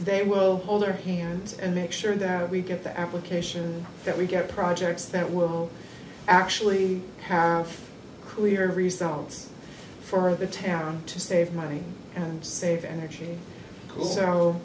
they will hold their hands and make sure that we get the application that we get projects that will actually have clear results for the town to save money and save energy co